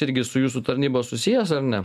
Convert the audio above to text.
irgi su jūsų tarnyba susijęs ar ne